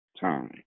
time